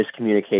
miscommunication